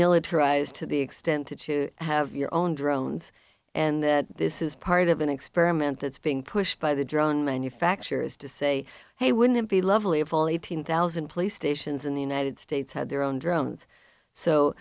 militarized to the extent to have your own drones and this is part of an experiment that's being pushed by the drone manufacturers to say hey wouldn't it be lovely of all eighteen thousand police stations in the united states had their own drones so